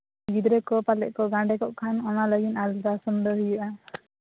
ᱜᱤᱫᱽᱨᱟᱹ ᱠᱚ ᱯᱟᱞᱮᱫ ᱠᱚ ᱜᱟᱸᱰᱮ ᱠᱚᱜ ᱠᱷᱟᱱ ᱚᱱᱟ ᱞᱟᱹᱜᱤᱫ ᱟᱞᱴᱨᱟᱥᱚᱱ ᱫᱚ ᱦᱩᱭᱩᱜᱼᱟ